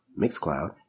MixCloud